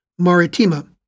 Maritima